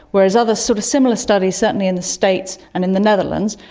whereas other sort of similar studies, certainly in the states and in the netherlands,